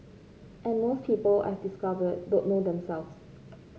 and most people I've discovered don't know themselves